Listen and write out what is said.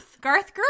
garth